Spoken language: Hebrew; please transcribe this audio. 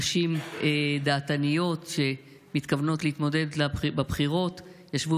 נשים דעתניות שמתכוונות להתמודד בבחירות ישבו